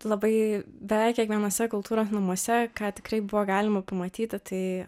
labai beveik kiekvienuose kultūros namuose ką tikrai buvo galima pamatyti tai